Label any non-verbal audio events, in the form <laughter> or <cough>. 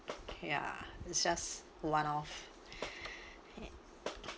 ya it's just one of <breath>